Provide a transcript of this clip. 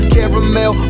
Caramel